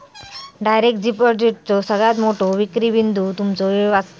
direct डिपॉजिटचो सगळ्यात मोठो विक्री बिंदू तुमचो वेळ वाचवता